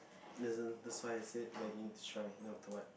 that's that why I said let you try not don't want